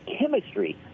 chemistry